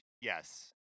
Yes